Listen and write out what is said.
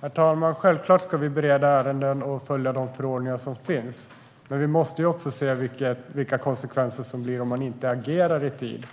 Herr talman! Självklart ska vi bereda ärenden och följa de förordningar som finns, men vi måste också se vilka konsekvenserna blir om man inte agerar i tid.